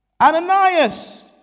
Ananias